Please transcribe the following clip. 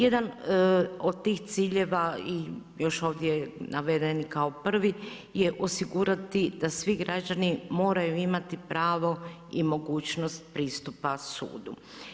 Jedan od tih ciljeva i još ovdje naveden kao prvi je osigurati da svi građani moraju imati pravo i mogućnost pristupa sudu.